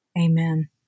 Amen